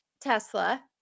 Tesla